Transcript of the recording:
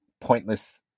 pointless